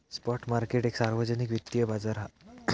spot market एक सार्वजनिक वित्तिय बाजार हा